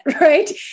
right